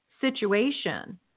situation